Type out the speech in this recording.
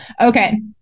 Okay